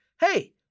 Hey